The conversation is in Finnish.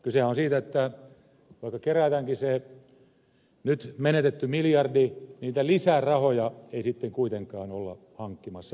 kysehän on siitä että vaikka kerätäänkin se nyt menetetty miljardi niitä lisärahoja ei sitten kuitenkaan olla hankkimassa perusturvaetuuksien parantamiseen